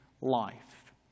life